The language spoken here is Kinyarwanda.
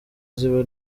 ziba